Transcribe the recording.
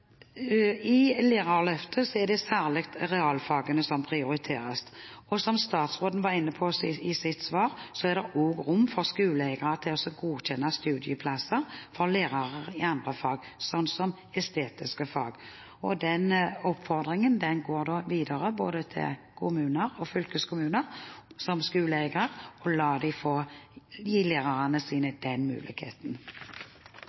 I Lærerløftet er det særlig realfagene som prioriteres, men som statsråden var inne på i sitt svar, er det også rom for skoleeiere til å godkjenne studieplasser for lærere i andre fag, som estetiske fag. Den oppfordringen om å gi lærerne sine den muligheten går videre til kommuner og fylkeskommuner som skoleeiere. Man må gjerne skylde på skoleeierne – og sjølsagt har de